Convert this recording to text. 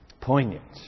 Poignant